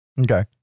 okay